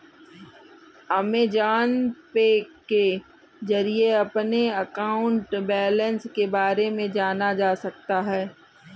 Amazon Pay के जरिए अपने अकाउंट बैलेंस के बारे में जाना जा सकता है